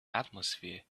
atmosphere